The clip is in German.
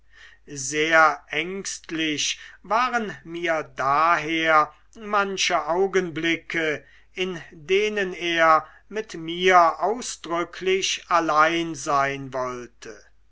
sehr ängstlich waren mir daher manche augenblicke in denen er mit mir ausdrücklich allein sein wollte